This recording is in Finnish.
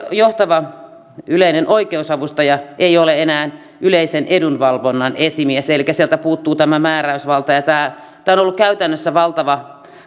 johtava yleinen oikeusavustaja ei ole enää yleisen edunvalvonnan esimies elikkä sieltä puuttuu tämä määräysvalta tämä on ollut käytännössä valtava